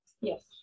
yes